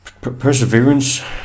Perseverance